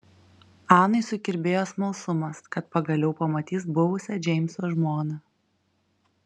anai sukirbėjo smalsumas kad pagaliau pamatys buvusią džeimso žmoną